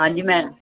ਹਾਂਜੀ ਮੈਂਮ